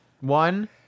one